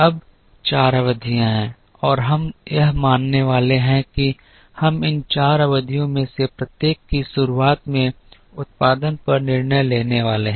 अब चार अवधियाँ हैं और हम यह मानने वाले हैं कि हम इन चार अवधियों में से प्रत्येक की शुरुआत में उत्पादन पर निर्णय लेने वाले हैं